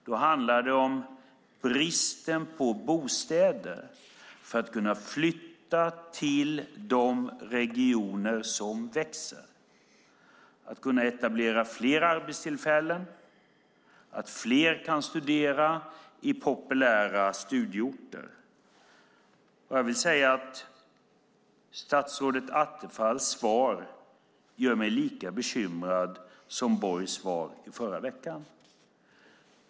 Då handlar det om bostäder för att kunna flytta till de regioner som växer, att kunna etablera flera arbetstillfällen, att fler ska kunna studera på populära studieorter. Och jag vill säga att statsrådet Attefalls svar gör mig lika bekymrad som Borgs svar i förra veckan.